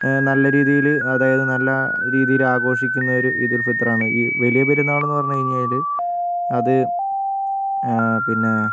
നല്ല രീതിയില് അതായത് നല്ല രീതിയില് ആഘോഷിക്കുന്ന ഒരു ഈദുൽ ഫിത്തർ ആണ് ഈ വലിയ പെരുന്നാളെന്നു പറഞ്ഞു കഴിഞ്ഞാൽ അത് പിന്നേ